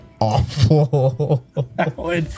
awful